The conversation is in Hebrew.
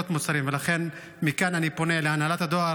לכן, מכאן אני פונה להנהלת הדואר